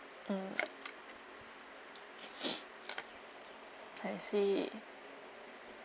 mm I see